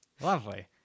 Lovely